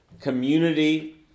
community